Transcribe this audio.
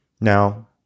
Now